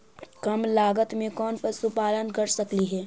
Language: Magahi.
कम लागत में कौन पशुपालन कर सकली हे?